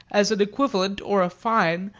as an equivalent or a fine,